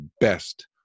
best